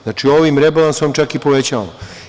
Znači, ovim rebalansom čak i povećavamo.